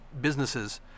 Businesses